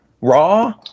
Raw